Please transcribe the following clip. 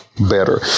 better